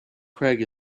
craig